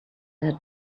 had